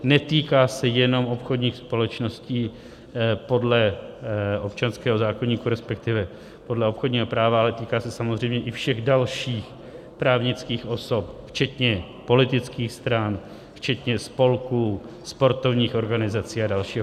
Netýká se jenom obchodních společností podle občanského zákoníku, respektive podle obchodního práva, ale týká se samozřejmě i všech dalších právnických osob včetně politických stran, včetně spolků, sportovních organizací a dalších.